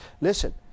Listen